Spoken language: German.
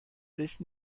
sich